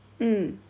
mm